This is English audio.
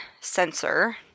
sensor